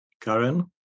Karen